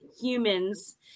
humans